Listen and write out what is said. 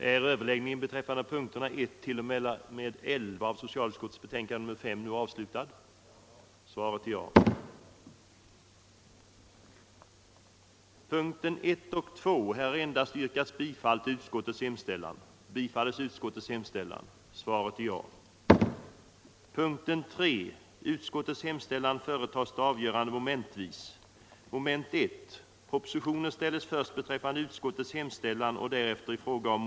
Herr talman! Till herr Karlsson i Huskvarna vill jag säga att det är väl inga allmänna deklarationer, när vpk kräver att riksdagen skall lagstifta om daghemsutbyggandet och att det skall ske en annan kostnadsfördelning mellan stat och kommun. den det ej vill röstar nej. den det ej vill röstar nej. den det ej vill röstar nej. Ekonomiskt stöd åt den det ej vill röstar nej. den det ej vill röstar nej. den det ej vill röstar nej.